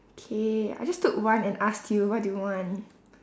okay I just took one and asked you what do you want